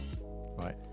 Right